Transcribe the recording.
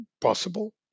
possible